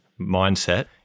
mindset